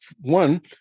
one